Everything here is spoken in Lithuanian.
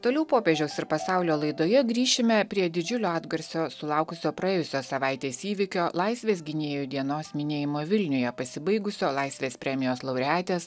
toliau popiežiaus ir pasaulio laidoje grįšime prie didžiulio atgarsio sulaukusio praėjusios savaitės įvykio laisvės gynėjų dienos minėjimo vilniuje pasibaigusio laisvės premijos laureatės